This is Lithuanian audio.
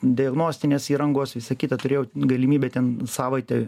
diagnostinės įrangos visa kita turėjau galimybę ten savaitę